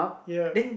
ya